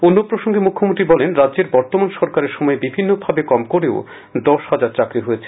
অন্য প্রসঙ্গে তিনি বলেন রাজ্যের বর্তমান সরকারের সময়ে বিভিন্ন ভাবে কম করেও দশ হাজার চাকরী হয়েছে